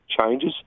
changes